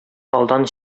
алдан